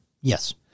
Yes